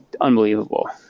unbelievable